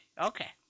Okay